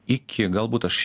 iki galbūt aš